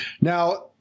Now